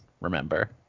remember